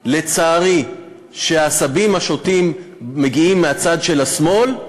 לצערי, כשהעשבים השוטים מגיעים מהצד של השמאל,